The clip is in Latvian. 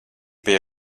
bija